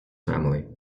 family